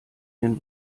den